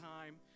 time